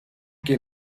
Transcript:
que